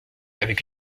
avec